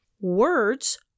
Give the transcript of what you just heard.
Words